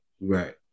Right